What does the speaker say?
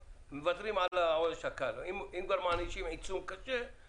מוותרים על העונש הקל אם כבר מענישים עיצום קשה.